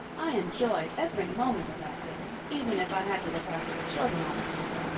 i enjoyed every moment of that day, even if i had to look after the children all the time.